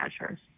measures